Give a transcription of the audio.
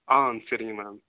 ஆ சரிங்க மேம்